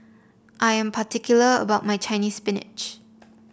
I am particular about my Chinese Spinach